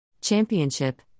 Championship